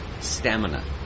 stamina